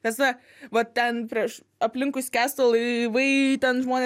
ta prasme vat ten prieš aplinkui skęsta laivai ten žmonės